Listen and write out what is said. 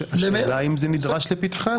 השאלה אם זה נידרש לפתחן,